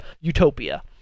utopia